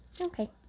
okay